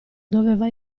doveva